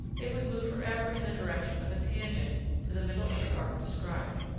it would move for ever in the direction of a tangent to the middle of the arc described.